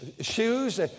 shoes